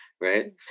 Right